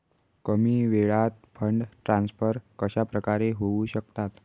कमी वेळात fund transfer कशाप्रकारे होऊ शकतात?